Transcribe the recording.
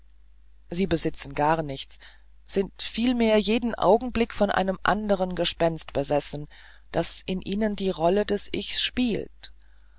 sie besitzen gar nichts sind vielmehr jeden augenblick von einem anderen gespenst besessen das in ihnen die rolle des ichs spielt